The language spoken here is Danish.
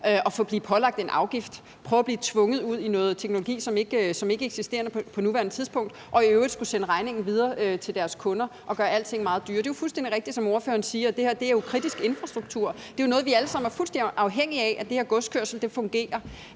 at blive pålagt en afgift, at blive tvunget ud i noget teknologi, som ikke eksisterer på nuværende tidspunkt, og i øvrigt at skulle sende regningen videre til deres kunder og gøre alting meget dyrere. Det er jo fuldstændig rigtigt, hvad ordføreren siger. Det her er kritisk infrastruktur. Det er noget, vi alle sammen er fuldstændig afhængige af, altså at det her godskørsel fungerer.